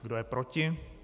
Kdo je proti?